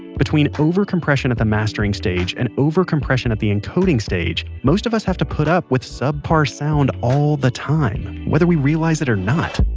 between over-compression at the mastering stage, and over-compression at the encoding stage, most of us have to put up with subpar sound all the time, whether we realize it or not